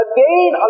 Again